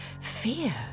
fear